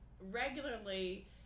regularly